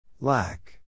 Lack